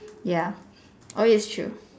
ya oh it's true